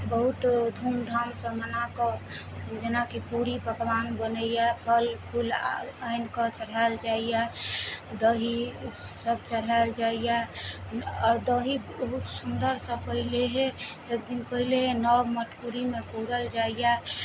बहुत धूमधामसँ मना कऽ जेनाकि पूरी पकवान बनैय फल फूल आनि कऽ चढ़ाएल जाइया दही सब चढ़ाएल जाइय आओर दही बहुत सुन्दरसँ पहिले हे एक दिन पहिले हे नव मटकुरीमे पूजल जाइया